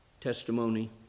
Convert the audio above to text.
testimony